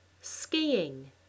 Skiing